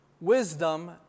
wisdom